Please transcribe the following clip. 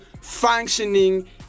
functioning